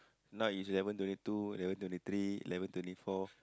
now is eleven twenty two eleven twenty three eleven twenty fourth